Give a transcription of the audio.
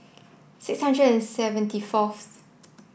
six hundred and seventy fourth